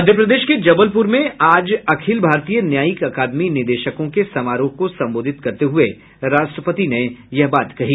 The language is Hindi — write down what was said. मध्यप्रदेश के जबलपुर में आज अखिल भारतीय न्यायिक अकादमी निदेशकों के समारोह को सम्बोधित करते हुए राष्ट्रपति ने यह बात कही